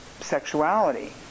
sexuality